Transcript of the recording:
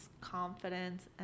confidence